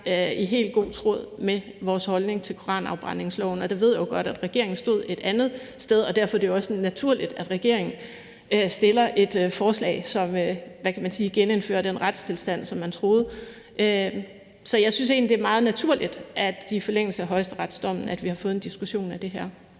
i helt god tråd med vores holdning til koranafbrændingsloven. Jeg ved jo godt, at regeringen stod et andet sted, og derfor er det også naturligt, at regeringen fremsætter et forslag, som – hvad kan man sige – genindfører den retstilstand. Så jeg synes egentlig, at det er meget naturligt, at vi i forlængelse af højesteretsdommen har fået en diskussion af det her.